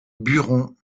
buron